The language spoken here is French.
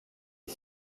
est